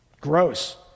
Gross